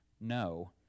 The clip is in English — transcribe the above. no